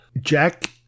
Jack